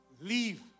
Leave